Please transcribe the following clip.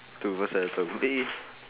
tu pasal kau putih